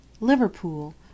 liverpool